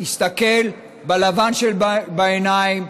שיסתכל בלבן שבעיניים